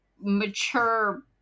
mature